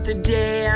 Today